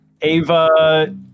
Ava